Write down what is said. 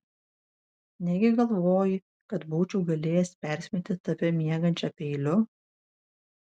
negi galvoji kad būčiau galėjęs persmeigti tave miegančią peiliu